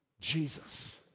Jesus